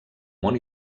món